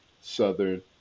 Southern